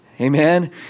Amen